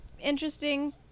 interesting